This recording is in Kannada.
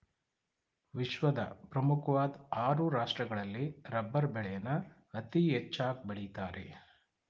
ವಿಶ್ವದ ಪ್ರಮುಖ್ವಾಧ್ ಆರು ರಾಷ್ಟ್ರಗಳಲ್ಲಿ ರಬ್ಬರ್ ಬೆಳೆನ ಅತೀ ಹೆಚ್ಚಾಗ್ ಬೆಳಿತಾರೆ